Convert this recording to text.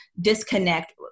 disconnect